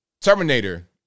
Terminator